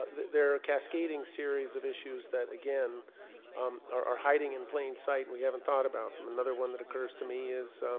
ah there are cascading series of issues that again are hiding in plain sight and we haven't thought about from another one that occurs to me is